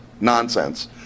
nonsense